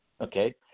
Okay